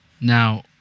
Now